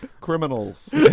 criminals